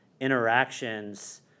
interactions